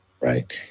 right